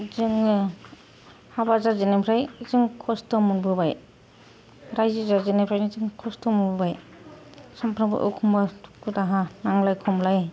जोङो हाबा जाजेननायनिफ्राय जों खस्थ' मोनबोबाय रायजो जाजेननायनिफ्राय जों खस्थ' मोनबोबाय सामफ्रामबो एखमब्ला दुखु दाहा नांलाय खमलाय